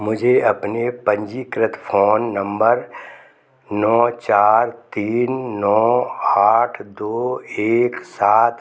मुझे अपने पंजीकृत फ़ोन नंबर नौ चार तीन नौ आठ दो एक सात